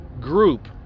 group